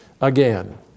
again